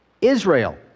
Israel